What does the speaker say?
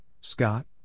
Scott